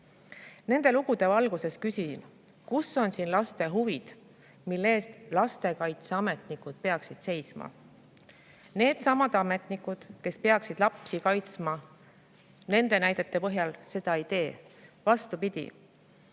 Nende lugude valguses küsin: kus on siin [arvestatud] laste huve, mille eest lastekaitseametnikud peaksid seisma? Needsamad ametnikud, kes peaksid lapsi kaitsma, nende näidete põhjal seda ei tee. Vastupidi,